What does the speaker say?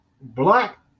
black